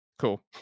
Cool